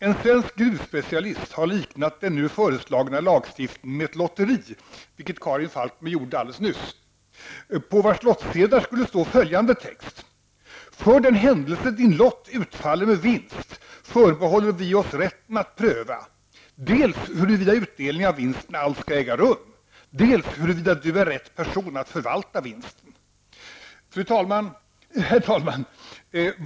En svensk gruvspecialist har liknat den nu föreslagna lagstiftningen med ett lotteri, vilket Karin Falkmer gjorde alldeles nyss, på vars lottsedlar skulle stå följande text: ''För den händelse Din lott utfaller med vinst förbehåller vi oss rätten att pröva, dels huruvida utdelning av vinsten alls skall äga rum, dels huruvida Du är rätt person att förvalta vinsten.'' Herr talman!